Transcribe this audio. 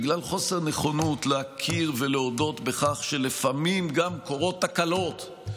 בגלל חוסר נכונות להכיר ולהודות בכך שלפעמים גם קורות תקלות,